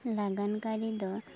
ᱞᱟᱜᱟᱱ ᱠᱟᱹᱨᱤ ᱫᱚ